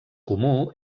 comú